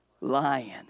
lion